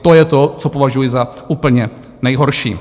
To je to, co považuji za úplně nejhorší.